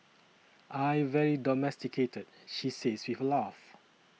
I very domesticated she says with a laugh